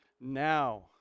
Now